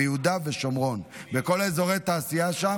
ביהודה ושומרון, בכל אזורי התעשייה שם.